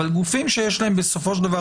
אבל גופים שיש להם בסופו של דבר,